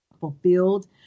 fulfilled